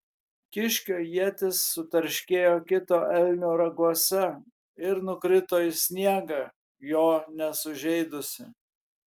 kiškio ietis sutarškėjo kito elnio raguose ir nukrito į sniegą jo nesužeidusi